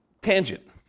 tangent